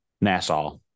Nassau